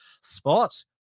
spot